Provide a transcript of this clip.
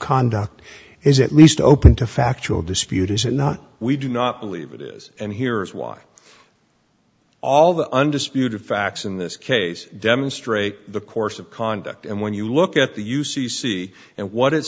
conduct is at least open to factual dispute is it not we do not believe it is and here is why all the undisputed facts in this case demonstrate the course of conduct and when you look at the u c c and what it